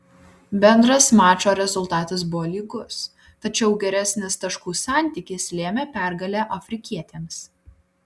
bendras mačo rezultatas buvo lygus tačiau geresnis taškų santykis lėmė pergalę afrikietėms